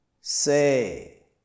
say